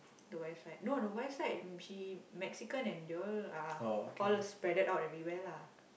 the wife side no the wife side she Mexican and they all uh all spreaded out everywhere lah